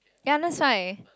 ya that's why